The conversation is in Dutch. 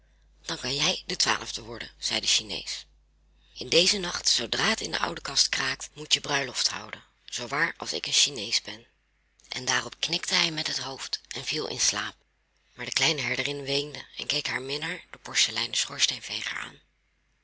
dan kan jij de twaalfde worden zei de chinees in dezen nacht zoodra het in de oude kast kraakt moet je bruiloft houden zoo waar als ik een chinees ben en daarop knikte hij met het hoofd en viel in slaap maar de kleine herderin weende en keek haar minnaar den porseleinen schoorsteenveger aan